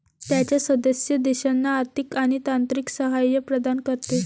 त्याच्या सदस्य देशांना आर्थिक आणि तांत्रिक सहाय्य प्रदान करते